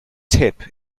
tip